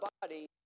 body